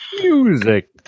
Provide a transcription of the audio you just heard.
Music